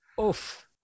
oof